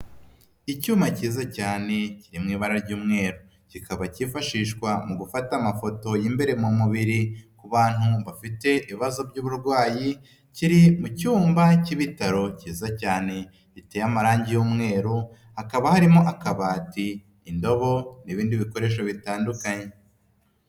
Icyuma cyiza cyane kiri mu ibara ry'umweru. Kikaba cyifashishwa mu gufata amafoto y'imbere mu mubiri ku bantu bafite ibibazo by'uburwayi, kiri mu cyumba cy'ibitaro cyiza cyane giteye amarangi y'umweru, hakaba harimo akabati, indobo n'ibindi bikoresho bitandukanye.